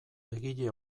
egile